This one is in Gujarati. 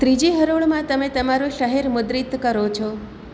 ત્રીજી હરોળમાં તમે તમારું શહેર મુદ્રિત કરો છો